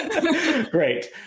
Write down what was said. great